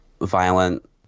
violent